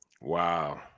Wow